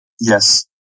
Yes